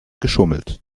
geschummelt